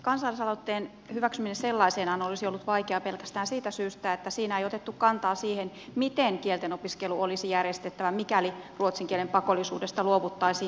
kansalaisaloitteen hyväksyminen sellaisenaan olisi ollut vaikeaa pelkästään siitä syystä että siinä ei otettu kantaa siihen miten kieltenopiskelu olisi järjestettävä mikäli ruotsin kielen pakollisuudesta luovuttaisiin